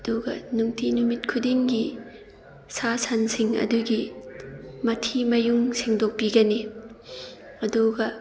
ꯑꯗꯨꯒ ꯅꯨꯡꯇꯤ ꯅꯨꯃꯤꯠ ꯈꯨꯗꯤꯡꯒꯤ ꯁꯥ ꯁꯟꯁꯤꯡ ꯑꯗꯨꯒꯤ ꯃꯊꯤ ꯃꯌꯨꯡ ꯁꯦꯡꯗꯣꯛꯄꯤꯒꯅꯤ ꯑꯗꯨꯒ